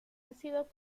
ácido